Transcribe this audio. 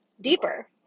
deeper